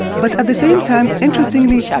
but at the same time interestingly,